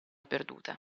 perduta